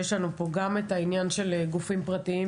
יש לנו פה גם עניין הגופים הפרטיים,